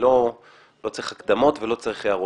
לא צריך הקדמות ולא צריך הערות.